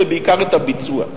ובעיקר את הביצוע.